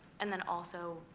and then also,